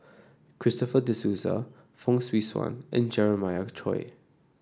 Christopher De Souza Fong Swee Suan and Jeremiah Choy